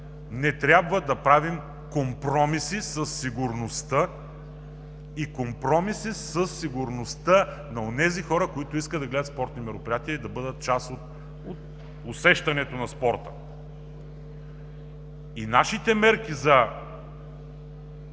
не трябва да правим компромиси със сигурността, и компромиси със сигурността на онези хора, които искат да гледат спортни мероприятия и да бъдат част от усещането на спорта, и нашите мерки за